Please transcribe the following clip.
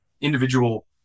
individual